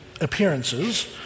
appearances